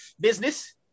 business